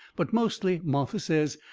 but mostly, martha says,